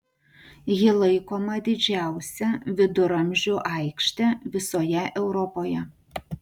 ji laikoma didžiausia viduramžių aikšte visoje europoje